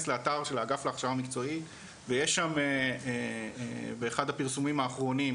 לאתר של האגף להכשרה מקצועית ויש שם באחד הפרסומים האחרונים,